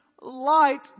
light